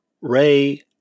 Ray